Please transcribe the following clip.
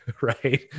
Right